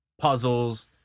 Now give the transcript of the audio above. puzzles